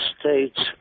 States